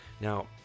now